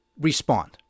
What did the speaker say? respond